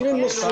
אם הם נשואים,